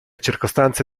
circostanze